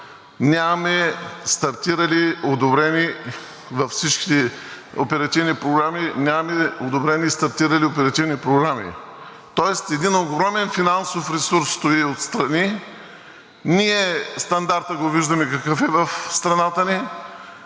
и стартирали оперативни програми, тоест един огромен финансов ресурс стои отстрани. Стандарта го виждаме какъв е в страната ни.